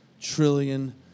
trillion